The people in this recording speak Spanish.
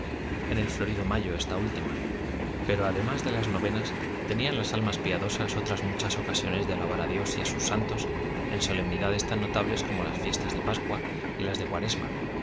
en el florido mayo esta última pero además de las novenas tenían las almas piadosas otras muchas ocasiones de alabar a dios y sus santos en solemnidades tan notables como las fiestas de pascua y las de cuaresma